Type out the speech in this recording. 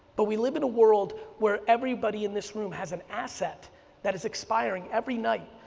but we live in a world where everybody in this room has an asset that is expiring every night,